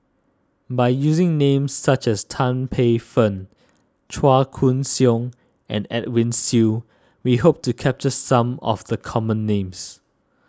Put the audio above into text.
by using names such as Tan Paey Fern Chua Koon Siong and Edwin Siew we hope to capture some of the common names